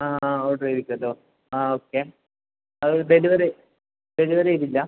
ആ ആ ഓർഡർ ചെയ്തതോ ആ ഓക്കെ അത് ഡെലിവറി ഡെലിവറി ചെയ്തില്ലാ